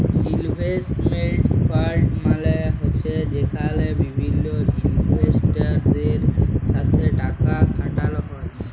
investment fund মালে হছে যেখালে বিভিল্ল ইলভেস্টরদের সাথে টাকা খাটালো হ্যয়